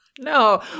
No